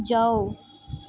ਜਾਓ